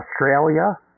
Australia